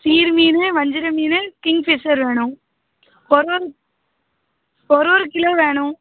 சீர் மீன் வஞ்சிரம் மீன் கிங் ஃபிஷர் வேணும் ஒரு ஒரு ஒரு கிலோ வேணும்